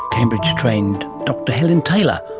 cambridge trained dr helen taylor,